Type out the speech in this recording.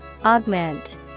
Augment